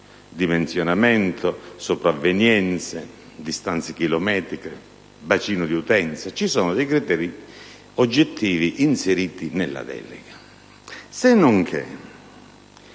dimensionamento, sopravvenienze, distanze chilometriche, bacino di utenza e così via. Vi sono criteri oggettivi inseriti nella delega, se non fosse